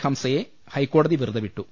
ഹംസയെ ഹൈക്കോടതി വെറുതെ വിട്ടു